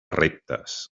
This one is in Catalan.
reptes